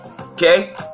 okay